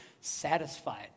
satisfied